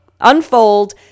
unfold